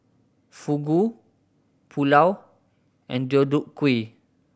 Fugu Pulao and Deodeok Gui